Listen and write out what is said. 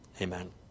Amen